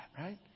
right